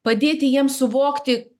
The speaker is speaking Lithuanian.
padėti jiem suvokti